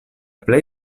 plej